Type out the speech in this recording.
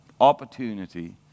Opportunity